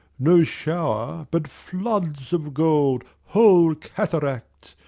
no shower, but floods of gold, whole cataracts,